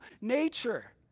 nature